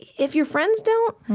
if your friends don't,